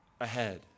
ahead